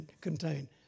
contain